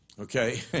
Okay